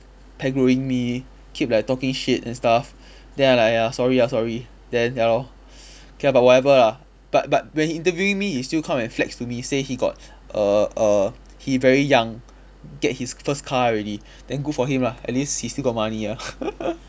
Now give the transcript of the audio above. me keep like talking shit and stuff then I like ya sorry ah sorry then ya lor K ah but whatever ah but but when he interviewing me he still come and flex to me say he got err err he very young get his first car already then good for him lah at least he still got money ah